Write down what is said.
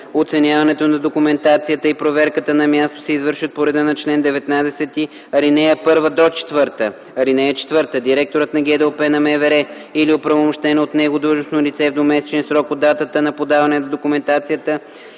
Оценяването на документацията и проверката на място се извършват по реда на чл. 19, ал. 1 – 4. (4) Директорът на ГДОП на МВР или оправомощено от него длъжностно лице в двумесечен срок от датата на подаване на документацията